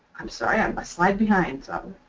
i'm sorry, i'm a slide behind.